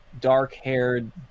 dark-haired